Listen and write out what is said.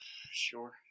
Sure